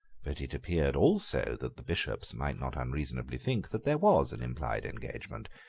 but it appeared also that the bishops might not unreasonably think that there was an implied engagement.